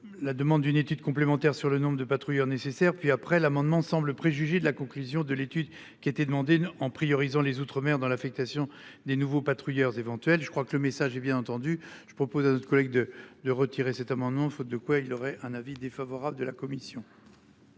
La demande d'une étude complémentaire sur le nombre de patrouilleurs nécessaires puis après l'amendement semble préjuger de la conclusion de l'étude qui a été demandé en priorisant les outre-mer dans l'affectation des nouveaux patrouilleurs éventuels. Je crois que le message est bien entendu je propose à notre collègue de de retirer cet amendement, faute de quoi il aurait un avis défavorable de la commission.